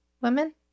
women